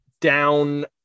down